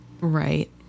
Right